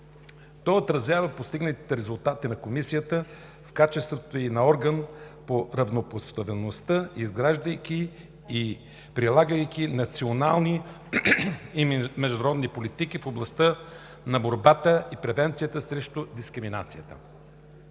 Той отразява постигнатите резултати на Комисията в качеството ѝ на орган по равнопоставеността, изграждайки и прилагайки национални и международни политики в областта на борбата и превенцията срещу дискриминацията.